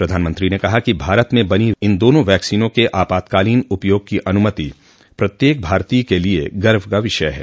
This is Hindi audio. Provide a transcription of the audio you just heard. प्रधानमंत्री ने कहा कि भारत में बनी दो वैक्सीन के आपातकालीन उपयोग की अनुमति प्रत्येक भारतीय के लिए गर्व का विषय है